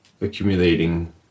accumulating